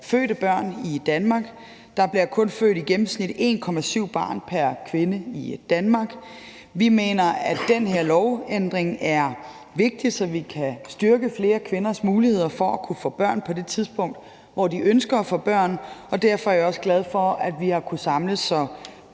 fødte børn, og der bliver i gennemsnit kun født 1,7 barn pr. kvinde i Danmark. Vi mener, at den her lovændring er vigtig, så vi kan styrke flere kvinders mulighed for at kunne få børn på det tidspunkt, hvor de ønsker at få børn. Derfor er jeg også glad for, at vi har kunnet samle